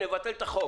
נבטל את החוק.